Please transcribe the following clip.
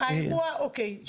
מהאירוע הזה